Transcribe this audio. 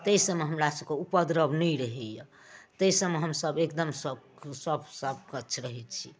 एहि सबमे हमरा सबके उपद्रव नहि रहैया तै सबमे हमसब एकदम सब सब समक्ष रहै छी